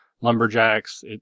lumberjacks